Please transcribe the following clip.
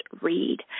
read